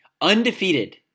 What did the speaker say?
Undefeated